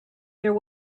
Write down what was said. there